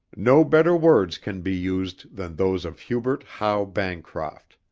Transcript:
no better words can be used than those of hubert howe bancroft.